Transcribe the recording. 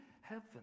heaven